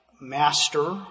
master